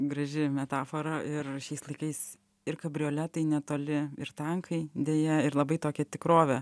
graži metafora ir šiais laikais ir kabrioletai netoli ir tankai deja ir labai tokią tikrovę